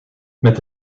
met